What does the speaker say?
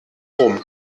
rum